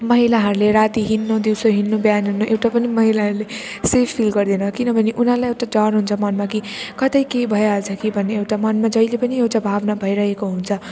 महिलाहरूले राति हिँड्नु दिउँसो हिँड्नु बिहान हिँड्नु एउटा पनि महिलाहरूले सेफ फिल गर्दैन किनभने उनीहरूलाई एउटा डर हुन्छ मनमा कि कतै केही भइहाल्छ कि भन्ने एउटा मनमा जहिले पनि एउटा भावना भइरहेको हुन्छ